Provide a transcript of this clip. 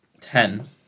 Ten